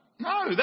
No